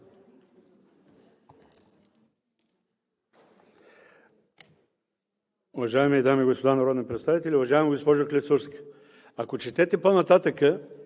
Уважаеми дами и господа народни представители! Уважаема госпожо Клисурска, ако четете по-нататък